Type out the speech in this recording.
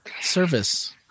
Service